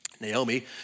Naomi